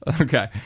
Okay